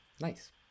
Nice